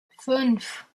fünf